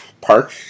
Park